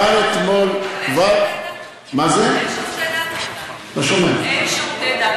אבל אין שירותי דת